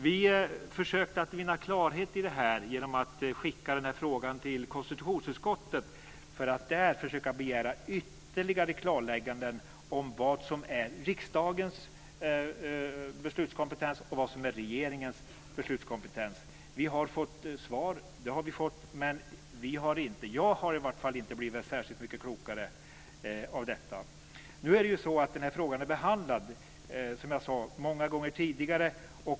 Vi försökte vinna klarhet genom att skicka frågan till konstitutionsutskottet. Vi ville försöka få ytterligare klarlägganden om vad som är riksdagens beslutskompetens och vad som är regeringens. Vi har fått svar, det har vi. Men jag har i varje fall inte blivit särskilt mycket klokare av detta. Nu är det ju så att den här frågan är behandlad, som jag sade, många gånger tidigare.